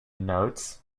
notes